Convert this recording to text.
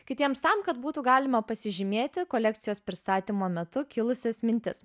kitiems tam kad būtų galima pasižymėti kolekcijos pristatymo metu kilusias mintis